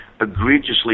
egregiously